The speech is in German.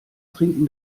trinken